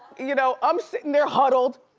you know, i'm sittin' there huddled,